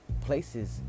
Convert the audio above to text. places